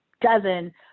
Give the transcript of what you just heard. dozen